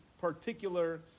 particular